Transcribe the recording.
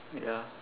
ya